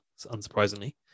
unsurprisingly